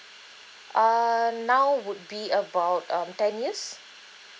uh now would be about um ten years